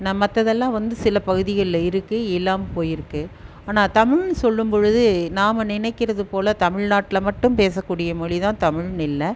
நா மற்றதெல்லாம் வந்து சில பகுதிகளில் இருக்குது இல்லாமல் போயிருக்குது ஆனால் தமிழென்னு சொல்லும்பொழுது நாம் நினைக்கிறது போல் தமிழ்நாட்டில் மட்டும் பேசக்கூடிய மொழி தான் தமிழென்னு இல்லை